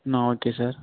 ம் okay sir